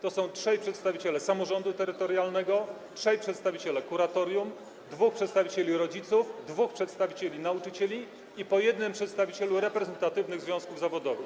To są trzej przedstawiciele samorządu terytorialnego, trzej przedstawiciele kuratorium, jest dwóch przedstawicieli rodziców, dwóch przedstawicieli nauczycieli i po jednym przedstawicielu reprezentatywnych związków zawodowych.